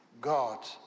God